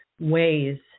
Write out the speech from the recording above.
ways